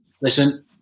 listen